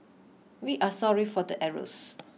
we are sorry for the errors